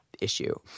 issue